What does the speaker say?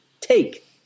take